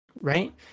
Right